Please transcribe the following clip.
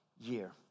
year